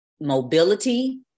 mobility